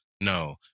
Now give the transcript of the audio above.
No